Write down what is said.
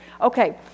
Okay